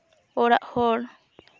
ᱚᱲᱟᱜ ᱦᱚᱲ